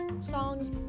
songs